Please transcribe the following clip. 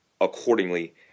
accordingly